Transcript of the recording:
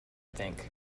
think